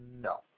No